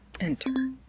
Enter